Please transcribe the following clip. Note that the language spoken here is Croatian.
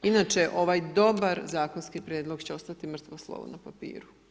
Inače ovaj dobar zakonski prijedlog će ostati mrtvo slovo na papiru.